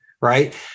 Right